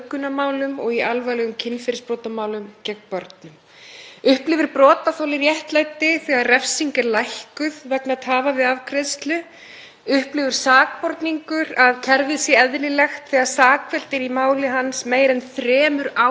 Upplifir sakborningur að kerfið sé eðlilegt þegar sakfellt er í máli hans meira en þremur árum eftir að kæra hefur verið lögð fram? Bara í síðasta mánuði sáum við dóm í Landsrétti í nauðgunarmáli sem hafði tekið næstum þrjú og hálft ár í kerfinu.